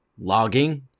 logging